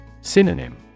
Synonym